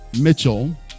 Mitchell